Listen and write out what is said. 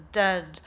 dead